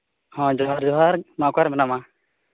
ᱦᱚᱸ ᱡᱚᱦᱟᱨ ᱡᱚᱦᱟᱨ ᱢᱟ ᱚᱠᱟᱨᱮ ᱢᱮᱱᱟᱢᱟ